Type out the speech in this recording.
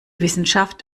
wissenschaft